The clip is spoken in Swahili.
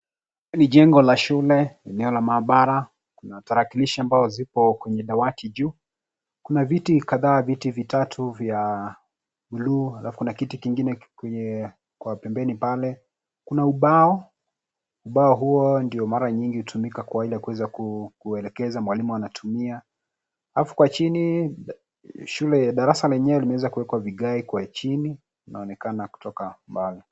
Hii ni jengo la shule ya, eneo la maabara, kuna tarakilishi ambao zipo kwenye dawati juu. Kuna viti kadhaa, viti vitatu vya buluu. Na kuna kiti kingine kiko pembeni pale. Kuna ubao, ubao huo ndio mara nyingi hutumika kuweza kuelekeza. Mwalimu anatumia. Alafu huko chini shule, darasa lenyewe limeweza kuwekwa vigae ikuwe chini. Inaonekana kutoka mbali.